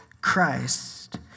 Christ